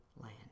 land